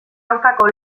aurkako